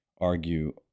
argue